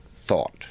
thought